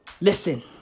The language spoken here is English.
listen